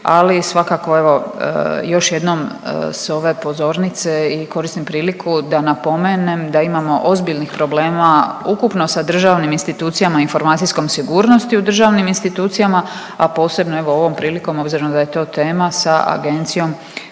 ali svakako evo još jednom s ove pozornice i koristim priliku da napomenem da imamo ozbiljnih problema ukupno sa državnim institucijama informacijskom sigurnosti u državnim institucijama, a posebno evo ovom prilikom obzirom da je to tema sa agencijom